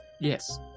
Yes